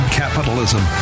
capitalism